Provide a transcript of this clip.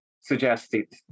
suggested